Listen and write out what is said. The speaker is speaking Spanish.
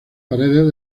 paredes